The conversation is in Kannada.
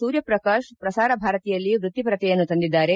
ಸೂರ್ಯ ಪ್ರಕಾಶ್ ಪ್ರಸಾರ ಭಾರತಿಯಲ್ಲಿ ವ್ಯಕ್ತಿಪರತೆಯನ್ನು ತಂದಿದ್ದಾರೆ